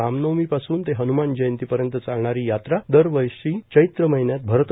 रामनवमी पासून ते हन्मान जयंती पर्यंत चालणारी हि यात्रा दरवर्षी चैत्र महिन्यात भरते